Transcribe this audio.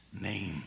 name